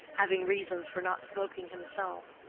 having reasons for not smoking himself,